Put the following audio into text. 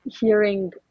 hearing